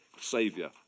saviour